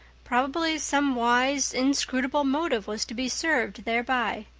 probably some wise, inscrutable motive was to be served thereby.